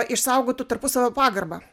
išsaugotų tarpusavio pagarbą